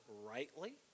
rightly